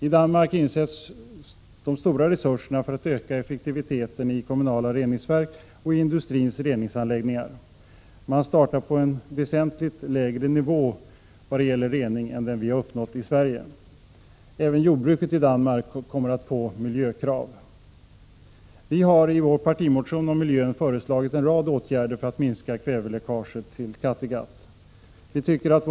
I Danmark insätts de stora resurserna för att öka effektiviteten i kommunala reningsverk och i industrins reningsanläggningar. Man startar på en väsentligt lägre nivå vad gäller rening än den vi uppnått i Sverige. Även jordbruket i Danmark kommer att få miljökrav. Vi har i vår partimotion om miljön föreslagit en rad åtgärder för att minska kväveläckaget till Kattegatt.